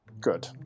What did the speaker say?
Good